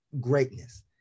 greatness